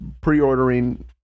pre-ordering